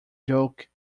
joke